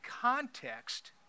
context